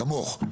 כמוך,